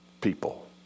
people